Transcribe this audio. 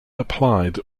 applied